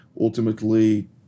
ultimately